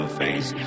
face